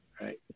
right